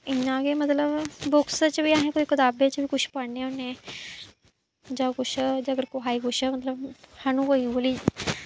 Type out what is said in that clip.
इ'यां गै मतलब बुक्स च बी अस कोई कताबै च बी कुछ पढ़ने होन्नें जां कुछ जेकर कुसै गी कुछ मतलब सानूं कोई उ'ऐ जेही